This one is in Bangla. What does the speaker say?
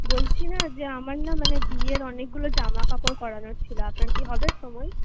বলছি না যে আমার না মানে বিয়ের অনেকগুলো জামাকাপড় করানোর ছিল আপনার কি হবে সময়